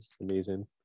Amazing